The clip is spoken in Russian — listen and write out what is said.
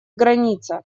граница